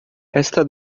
esta